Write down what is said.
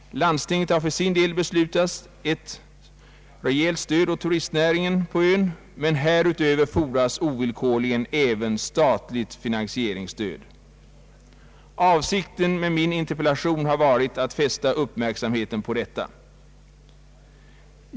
Landstinget har för sin del beslutat att ge ett rejält stöd åt turistnäringen på ön, men härutöver fordras ovillkorligen ett stat ligt finansieringsstöd. Avsikten med min interpellation har varit att fästa uppmärksamheten på detta.